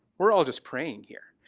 we're all just praying here.